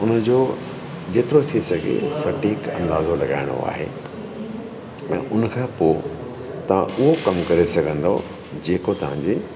उनजो जेतिरो थी सघे सटीक अंदाज़ो लॻाइणो आहे ऐं उनखां पोइ तव्हां उहो कम करे सघंदव जेको तव्हां जे